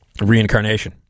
reincarnation